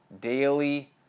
daily